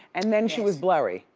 and then she was blurry.